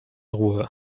ruhe